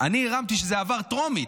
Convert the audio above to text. אני הרמתי כשזה עבר טרומית,